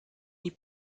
die